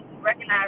recognize